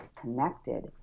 connected